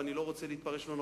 ואני לא רוצה להתפרש לא נכון,